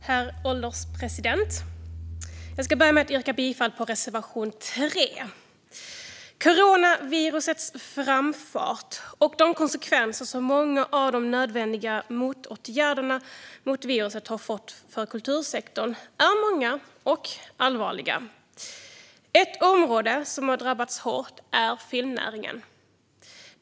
Herr ålderspresident! Jag börjar med att yrka bifall till reservation 3. Konsekvenserna av coronavirusets framfart och de konsekvenser som många av de nödvändiga åtgärderna mot viruset har fått för kultursektorn är många och allvarliga. Ett område som har drabbats hårt är filmnäringen.